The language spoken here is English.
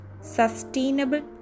Sustainable